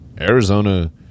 Arizona